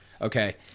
okay